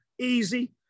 easy